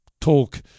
talk